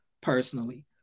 personally